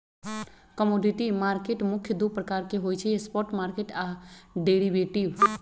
commodity market मुख्य दु प्रकार के होइ छइ स्पॉट मार्केट आऽ डेरिवेटिव